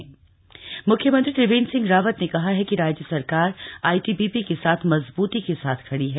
flag in ceremony मुख्यमंत्री त्रिवेन्द्र सिंह रावत ने कहा है कि राज्य सरकार आईटीबीपी के साथ मजबूती के साथ खड़ी है